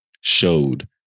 showed